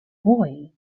boy